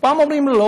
ופעם אומרים: לא,